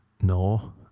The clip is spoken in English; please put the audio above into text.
No